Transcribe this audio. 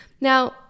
Now